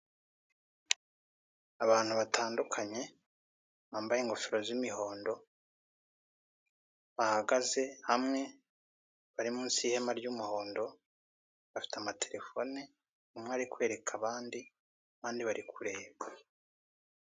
Abantu batandukanye, bambaye ingofero z'imihondo, bahagaze hamwe, bari munsi y'ihema ry'umuhondo, bafite amafelefone, umwe ari kwereka abandi, abandi bari kureba.